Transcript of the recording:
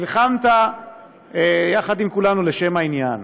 נלחמת יחד עם כולנו, לשם העניין.